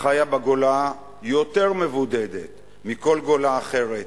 חיה בגולה יותר מבודדת מכל גולה אחרת,